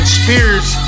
spears